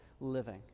living